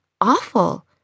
awful